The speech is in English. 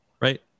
Right